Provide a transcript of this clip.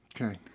Okay